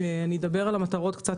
ארחיב קצת